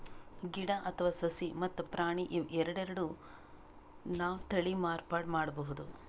ಗಿಡ ಅಥವಾ ಸಸಿ ಮತ್ತ್ ಪ್ರಾಣಿ ಇವ್ ಎರಡೆರಡು ನಾವ್ ತಳಿ ಮಾರ್ಪಾಡ್ ಮಾಡಬಹುದ್